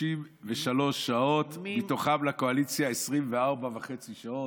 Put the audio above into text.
33 שעות, ומתוכן לאופוזיציה 24 וחצי שעות.